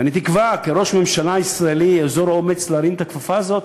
ואני תקווה כי ראש ממשלה ישראלי יאזור אומץ להרים את הכפפה הזאת,